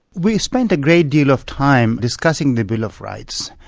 we spent a great deal of time discussing the bill of rights,